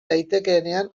daitekeenean